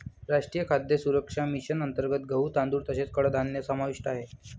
राष्ट्रीय खाद्य सुरक्षा मिशन अंतर्गत गहू, तांदूळ तसेच कडधान्य समाविष्ट आहे